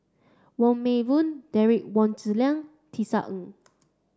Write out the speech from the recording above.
Wong Meng Voon Derek Wong Zi Liang Tisa Ng